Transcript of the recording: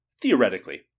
theoretically